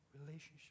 relationship